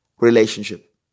relationship